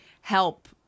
help